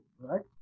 right